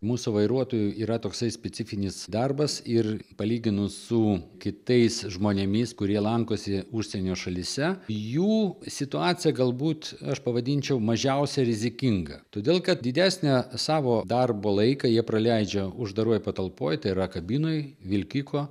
mūsų vairuotojų yra toks specifinis darbas ir palyginus su kitais žmonėmis kurie lankosi užsienio šalyse jų situaciją galbūt aš pavadinčiau mažiausia rizikinga todėl kad didesnę savo darbo laiką jie praleidžia uždaroj patalpoj tai yra kabinoj vilkiko